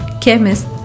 chemist